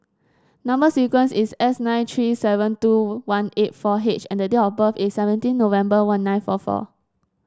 number sequence is S nine three seven two one eight four H and the date of birth is seventeen November one nine four four